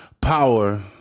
power